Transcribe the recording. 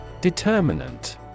Determinant